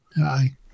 Hi